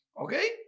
okay